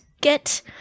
get